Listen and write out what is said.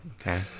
Okay